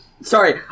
Sorry